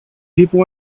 people